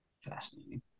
Fascinating